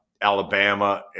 Alabama